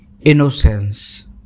innocence